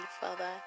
Father